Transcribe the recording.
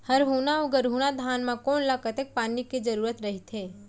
हरहुना अऊ गरहुना धान म कोन ला कतेक पानी के जरूरत रहिथे?